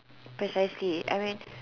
precisely I mean